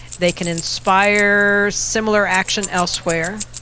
they can inspire similar action elsewhere,